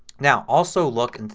now also look, and